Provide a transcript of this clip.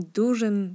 dużym